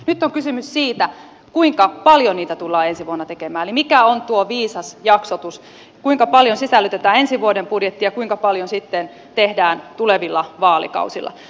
nyt on kysymys siitä kuinka paljon niitä tullaan ensi vuonna tekemään eli mikä on tuo viisas jaksotus kuinka paljon sisällytetään ensi vuoden budjettiin ja kuinka paljon sitten tehdään tulevilla vaalikausilla